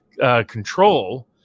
control